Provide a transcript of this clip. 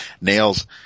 nails